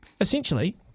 Essentially